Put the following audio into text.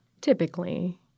Typically